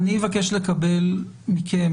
אני אבקש לקבל מכם